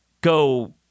go